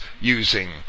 using